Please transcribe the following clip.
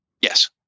yes